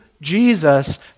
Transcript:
Jesus